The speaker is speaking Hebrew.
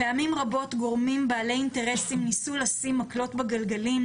פעמים רבות גורמים בעלי אינטרסים ניסו לשים מקלות בגלגלים,